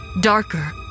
darker